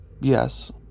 Yes